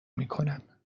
میکنم